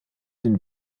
den